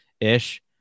ish